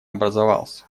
образовался